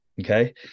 Okay